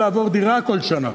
לעבור דירה כל שנה.